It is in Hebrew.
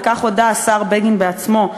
ובכך הודה השר בגין בעצמו,